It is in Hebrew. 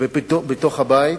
ובתוך הבית